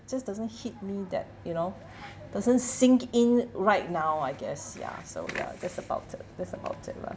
just doesn't hit me that you know doesn't sink in right now I guess ya so ya that's about it that's about it lah